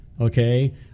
okay